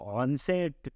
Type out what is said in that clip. onset